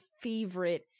favorite